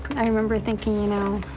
i remember thinking you know